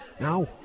now